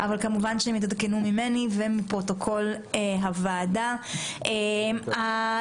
הם יעודכנו ממני ומפרוטוקול הוועדה, כמובן.